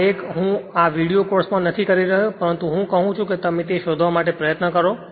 આ એક હું આ વિડિઓ કોર્સમાં નથી કરી રહ્યો પરંતુ હું કહું છું કે તમે તે શોધવા માટે પ્રયત્ન કરો